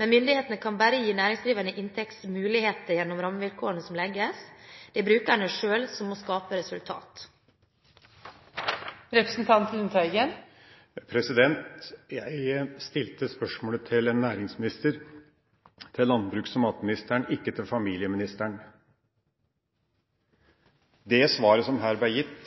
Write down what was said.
Men myndighetene kan bare gi næringsdrivende inntektsmuligheter gjennom rammevilkårene som legges. Det er brukerne selv som må skape resultatet. Jeg stilte spørsmålet til en næringsminister, til landbruks- og matministeren, ikke til familieministeren. Det svaret som her ble gitt,